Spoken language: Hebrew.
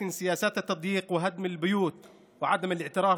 עיבוד האדמה והשמדת היבולים והחוות,